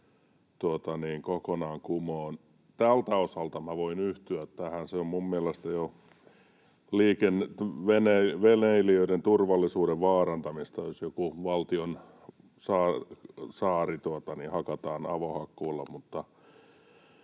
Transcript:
tältä osalta minä voin yhtyä tähän. Se on minun mielestäni jo veneilijöiden turvallisuuden vaarantamista, jos joku valtion saari hakataan avohakkuulla,